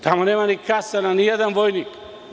Tamo nema ni kasarna, nijedan vojnik.